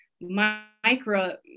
micro